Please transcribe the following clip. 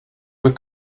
were